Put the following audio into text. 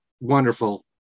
wonderful